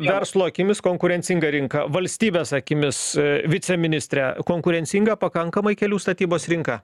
verslo akimis konkurencinga rinka valstybės akimis viceministre konkurencinga pakankamai kelių statybos rinka